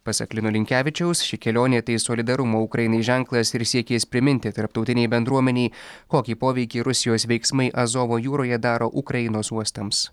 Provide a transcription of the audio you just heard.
pasak lino linkevičiaus ši kelionė tai solidarumo ukrainai ženklas ir siekis priminti tarptautinei bendruomenei kokį poveikį rusijos veiksmai azovo jūroje daro ukrainos uostams